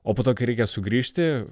o po to kai reikia sugrįžti